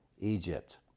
egypt